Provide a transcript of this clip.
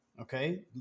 Okay